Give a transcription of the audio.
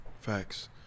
Facts